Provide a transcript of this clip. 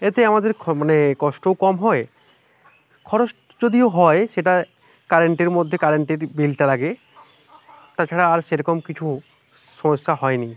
এতে আমাদের খুব মানে কষ্টও কম হয় খরচ যদিও হয় সেটা কারেন্টের মধ্যে কারেন্টের বিলটা লাগে তাছাড়া আর সেরকম কিছু সমস্যা হয় নি